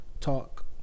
talk